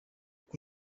uko